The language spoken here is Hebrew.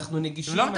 אנחנו נגישים,